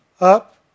up